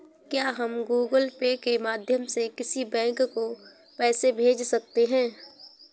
क्या हम Google Pay के माध्यम से किसी बैंक को पैसे भेज सकते हैं?